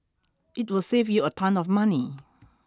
it will save you a ton of money